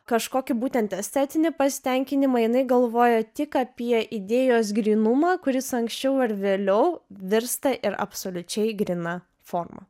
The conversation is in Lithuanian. kažkokį būtent estetinį pasitenkinimą jinai galvojo tik apie idėjos grynumą kuris anksčiau ar vėliau virsta ir absoliučiai gryna forma